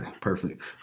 perfect